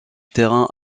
terrain